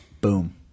Boom